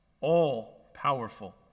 all-powerful